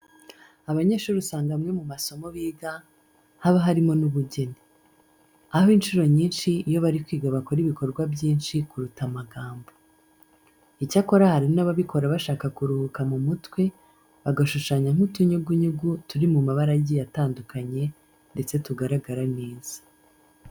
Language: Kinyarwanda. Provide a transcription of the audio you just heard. Abanyeshuri usanga amwe mu masomo biga haba harimo n'ubugeni. Aho inshuro nyinshi iyo bari kwiga bakora ibikorwa byinshi kuruta amagambo. Icyakora hari n'ababikora bashaka kuruhuka mu mutwe, bagashushanya nk'utunyugunyugu turi mu mabara agiye atandukanye ndetse tugaragara neza.